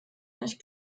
ich